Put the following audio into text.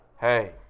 Hey